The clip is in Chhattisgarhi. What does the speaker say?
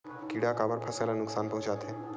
किड़ा काबर फसल ल नुकसान पहुचाथे?